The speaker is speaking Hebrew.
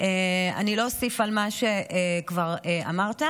אני לא אוסיף על מה שכבר אמרת.